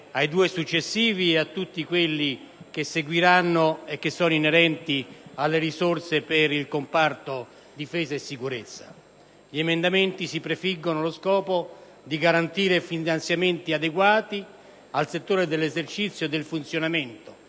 e 2.Tab.2.43, unitamente ad altri successivi inerenti alle risorse per il comparto difesa e sicurezza. Gli emendamenti si prefiggono lo scopo di garantire finanziamenti adeguati al settore dell'esercizio e del funzionamento,